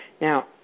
Now